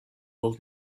old